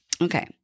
Okay